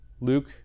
Luke